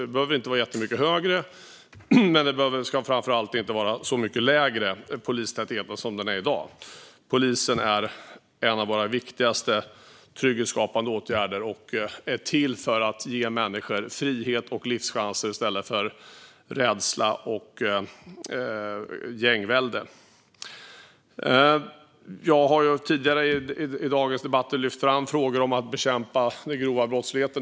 Den behöver inte vara jättemycket högre, men polistätheten ska framför allt inte vara så mycket lägre, som den är i dag. Polisen är en av våra viktigaste trygghetsskapande åtgärder och är till för att ge människor frihet och livschanser i stället för rädsla och gängvälde. Jag har tidigare i dagens debatter lyft fram frågor om att bekämpa den grova brottsligheten.